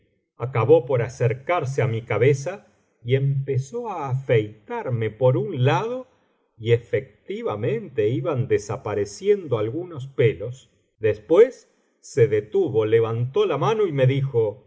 acabó por acercarse á mi cabeza y empezó á afeitarme por un lado y efectivamente iban desapareciendo algunos pelos después se detuvo levantó la mano y me dijo